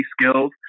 skills